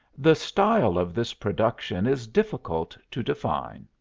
the style of this production is difficult to define.